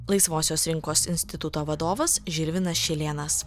laisvosios rinkos instituto vadovas žilvinas šilėnas